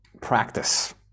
practice